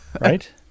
right